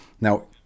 Now